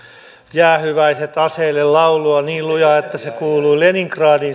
jäähyväiset aseille laulua niin lujaa että se kuului leningradiin